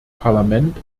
parlament